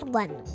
one